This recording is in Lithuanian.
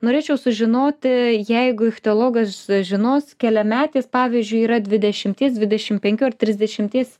norėčiau sužinoti jeigu ichtiologas žinos keliametės pavyzdžiui yra dvidešimties dvidešim penkių ar trisdešimties